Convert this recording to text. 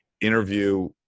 interview